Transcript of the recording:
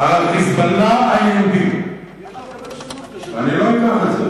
אדוני היושב-ראש,